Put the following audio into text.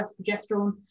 progesterone